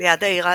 ליד העיר העתיקה,